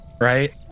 right